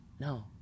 No